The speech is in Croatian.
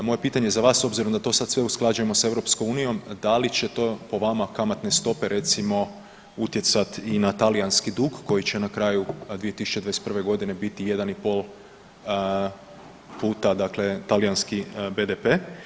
Moje pitanje za vas, s obzirom da to sad sve usklađujemo sa EU, da li će to po vama kamatne stope recimo, utjecati i na talijanski dug koji će na kraju 2021. g. biti 1,5 puta dakle, talijanski BDP?